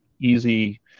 easy